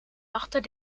achter